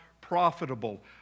profitable